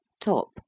top